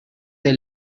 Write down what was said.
they